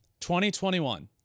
2021